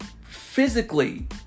physically